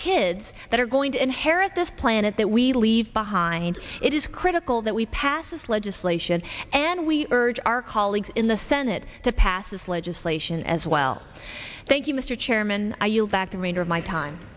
kids that are going to inherit this planet that we leave behind it is critical that we pass this legislation and we urge our colleagues in the senate to pass this legislation as well thank you mr chairman i yield back the range of my time